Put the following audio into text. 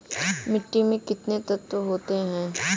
मिट्टी में कितने तत्व होते हैं?